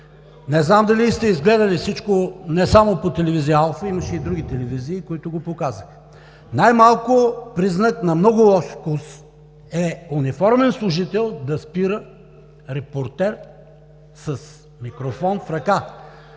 Не знам дали сте изгледали всичко – не само по телевизия “Алфа“, но имаше и други телевизии, които го показаха. Най-малко признак на много лош вкус е униформен служител да спира репортер с микрофон в ръка.